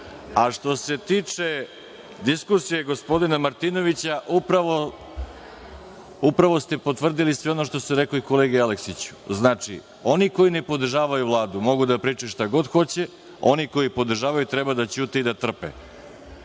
se tiče diskusije gospodina Martinovića, upravo ste potvrdili sve ono što ste rekli i kolegi Aleksiću. Znači, oni koji ne podržavaju Vladu mogu da pričaju šta god hoće, a oni koji podržavaju treba da ćute i da trpe.